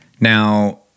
Now